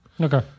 Okay